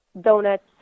donuts